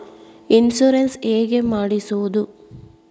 Insurance ಹೇಗೆ ಮಾಡಿಸುವುದು?